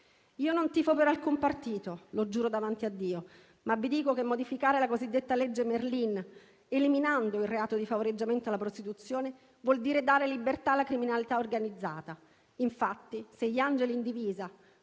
Io non tifo per alcun partito - lo giuro davanti a Dio - ma vi dico che modificare la cosiddetta legge Merlin eliminando il reato di favoreggiamento alla prostituzione vuol dire dare libertà alla criminalità organizzata. Infatti, se gli angeli in divisa